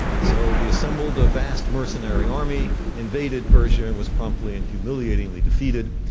so, he assembled a vast mercenary army, invaded persia, and was promptly and humiliatingly defeated.